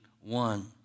one